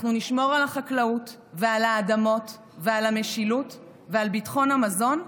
אנחנו נשמור על החקלאות ועל האדמות ועל המשילות ועל ביטחון המזון,